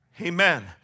amen